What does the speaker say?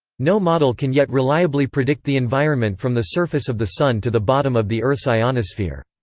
no model can yet reliably predict the environment from the surface of the sun to the bottom of the earth's ionosphere.